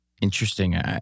Interesting